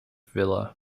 villa